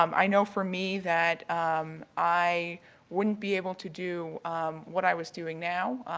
um i know for me that i wouldn't be able to do what i was doing now,